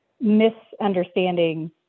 misunderstandings